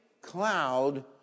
cloud